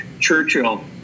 Churchill